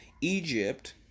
egypt